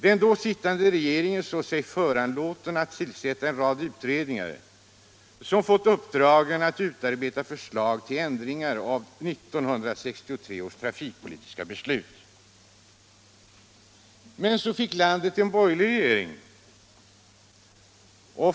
Den då sittande regeringen såg sig föranlåten att tillsätta en rad utredningar som fick i uppdrag att utarbeta förslag till ändringar av 1963 års trafikpolitiska beslut. Men så fick vi en ny regering.